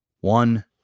One